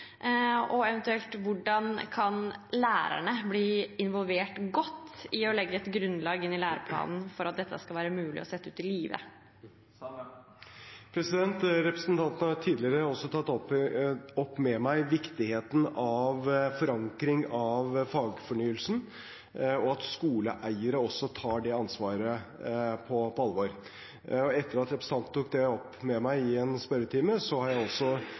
lærerne eventuelt bli godt involvert med hensyn til å legge et grunnlag inn i læreplanen slik at dette skal være mulig å sette ut i livet? Representanten har tidligere tatt opp med meg viktigheten av forankring av fagfornyelsen, og at skoleeiere også tar det ansvaret på alvor. Etter at representanten tok det opp med meg i en spørretime, har jeg